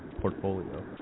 portfolio